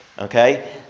Okay